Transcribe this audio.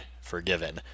forgiven